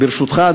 ברשותך,